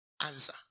answer